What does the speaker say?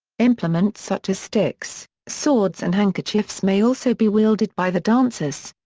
implements such as sticks, swords and handkerchiefs may also be wielded by the dancers.